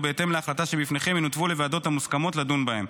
ובהתאם להחלטה שבפניכם ינותבו לוועדות המוסמכות לדון בהם.